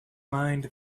mind